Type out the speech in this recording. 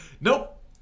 nope